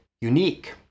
unique